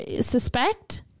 suspect